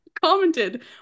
commented